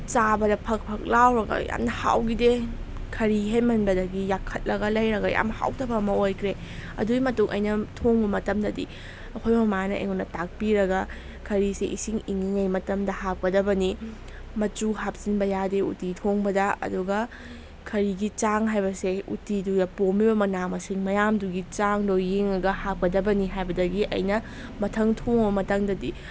ꯆꯥꯕꯗ ꯐꯛ ꯐꯛ ꯂꯥꯎꯔꯒ ꯌꯥꯝꯅ ꯍꯥꯎꯈꯤꯗꯦ ꯈꯔꯤ ꯍꯦꯟꯃꯟꯕꯗꯒꯤ ꯌꯥꯛꯈꯠꯂꯒ ꯂꯩꯔꯒ ꯌꯥꯝ ꯍꯥꯎꯇꯕ ꯑꯃ ꯑꯣꯏꯒ꯭ꯔꯦ ꯑꯗꯨꯒꯤ ꯃꯇꯨꯡ ꯑꯩꯅ ꯊꯣꯡꯕ ꯃꯇꯝꯗꯗꯤ ꯑꯩꯈꯣꯏ ꯃꯃꯥꯅ ꯑꯩꯉꯣꯟꯗ ꯇꯥꯛꯄꯤꯔꯒ ꯈꯔꯤꯁꯦ ꯏꯁꯤꯡ ꯏꯪꯉꯤꯉꯩ ꯃꯇꯝꯗ ꯍꯥꯞꯀꯗꯕꯅꯤ ꯃꯆꯨ ꯍꯥꯞꯆꯤꯟꯕ ꯌꯥꯗꯦ ꯎꯇꯤ ꯊꯣꯡꯕꯗ ꯑꯗꯨꯒ ꯈꯔꯤꯒꯤ ꯆꯥꯡ ꯍꯥꯏꯕꯁꯦ ꯎꯇꯤꯗꯨꯗ ꯄꯣꯝꯃꯤꯕ ꯃꯅꯥ ꯃꯁꯤꯡ ꯃꯌꯥꯝꯗꯨꯒꯤ ꯆꯥꯡꯗꯣ ꯌꯦꯡꯉꯒ ꯍꯥꯞꯀꯗꯕꯅꯤ ꯍꯥꯏꯕꯗꯒꯤ ꯑꯩꯅ ꯃꯊꯪ ꯊꯣꯡꯕ ꯃꯇꯝꯗꯗꯤ